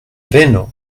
venu